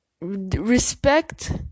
respect